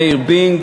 מאיר בינג